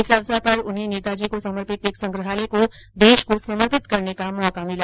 इस अवसर पर उन्हें नेताजी को समर्पित एक संग्रहालय को देश को समर्पित करने का मौका मिला